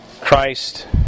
Christ